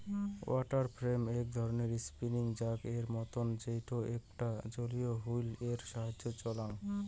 water frame এক ধরণের spinning জাক এর মতন যেইটো এইকটা জলীয় হুইল এর সাহায্যে চলাং